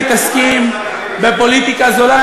מה כבר, אתם מתעסקים בפוליטיקה הזולה.